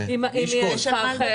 אני אשקול.